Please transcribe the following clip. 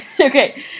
Okay